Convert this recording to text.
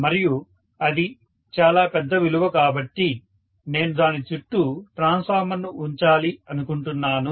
మరియు అది చాలా పెద్ద విలువ కాబట్టి నేను దాని చుట్టూ ట్రాన్స్ఫార్మర్ను ఉంచాలి అనుకుంటున్నాను